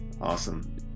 Awesome